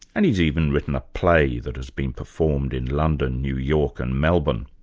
and he's even written a play that has been performed in london, new york and melbourne.